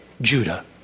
Judah